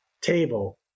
table